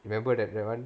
remember that that [one]